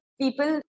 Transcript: people